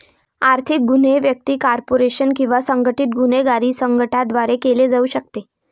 आर्थिक गुन्हे व्यक्ती, कॉर्पोरेशन किंवा संघटित गुन्हेगारी गटांद्वारे केले जाऊ शकतात